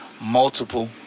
multiple